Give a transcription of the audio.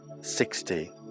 sixty